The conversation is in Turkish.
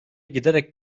giderek